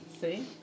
See